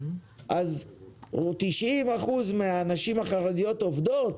אז 90% מהנשים החרדיות עובדות,